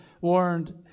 warned